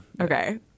Okay